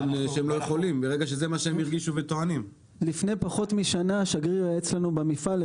לפני פחות משנה השגריר היה אצלנו במפעל,